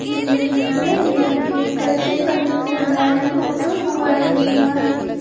दुर्घटना बीमा के सबसे प्रमुख उदाहरण ऑटोमोबाइल बीमा हइ